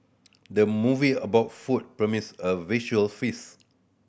the movie about food promise a visual feast